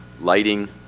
lighting